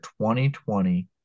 2020